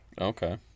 Okay